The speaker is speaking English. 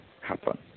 happen